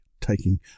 taking